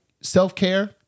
self-care